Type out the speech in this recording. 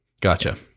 gotcha